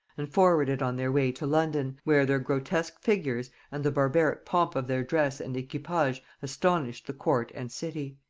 and forwarded on their way to london, where their grotesque figures and the barbaric pomp of their dress and equipage astonished the court and city.